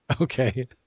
Okay